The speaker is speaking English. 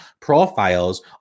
profiles